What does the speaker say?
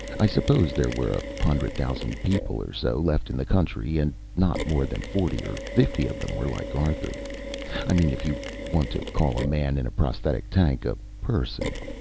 i suppose there were a hundred thousand people or so left in the country, and not more than forty or fifty of them were like arthur i mean if you want to call a man in a prosthetic tank a person.